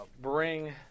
bring